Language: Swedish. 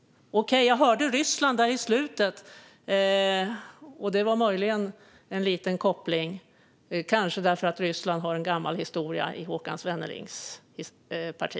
Okej, jag hörde om Ryssland där på slutet. Det var möjligen en liten koppling till att Ryssland har en gammal historia i Håkan Svennelings parti.